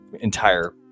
entire